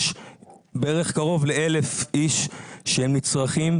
יש בערך קרוב ל-1,000 איש שהם נצרכים,